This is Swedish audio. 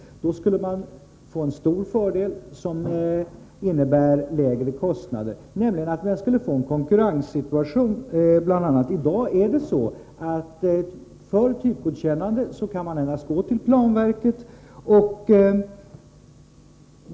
Då skulle man få stora fördelar som innebär lägre kostnader. Man skulle bl.a. få en konkurrenssituation. I dag är det så att man för typgodkännande måste vända sig till planverket.